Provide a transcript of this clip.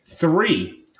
Three